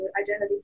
identity